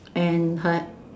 and her